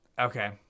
okay